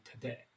today